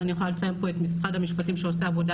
אני יכולה לציין פה את משרד המשפטים שעושה עבודה